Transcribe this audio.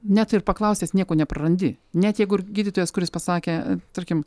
net ir paklausęs nieko neprarandi net jeigu ir gydytojas kuris pasakė tarkim